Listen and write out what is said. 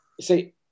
See